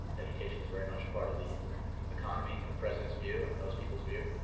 education is very much a part of the economy, in the president's view and most people's view.